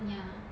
ya